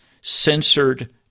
censored